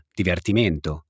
divertimento